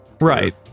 right